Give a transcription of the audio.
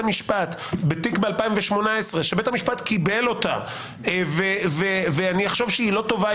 המשפט בתיק ב-2018 שבית המשפט קיבל אותה ואחשוב שלא טובה,